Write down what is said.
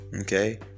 okay